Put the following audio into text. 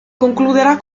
concluderà